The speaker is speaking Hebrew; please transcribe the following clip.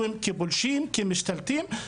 "הבדואים משתלטים,